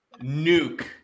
nuke